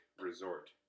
resort